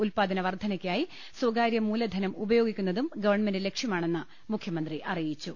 ഉൽപാദന വർധ നക്കായി സ്വകാര്യ മൂലധനം ഉപയോഗിക്കുന്നതും ഗവൺമെന്റ് ലക്ഷ്യമാണെന്നും മുഖ്യമന്ത്രി അറിയിച്ചു